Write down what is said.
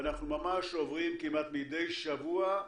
ואנחנו ממש עוברים, כמעט מדי שבוע,